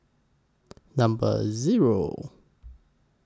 Number Zero